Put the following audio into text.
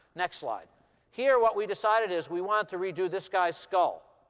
next slide here, what we decided is we wanted to redo this guy's skull.